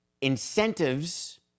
incentives